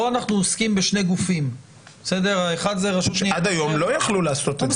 פה אנחנו עוסקים בשני גופים -- עד היום לא יכלו לעשות את זה.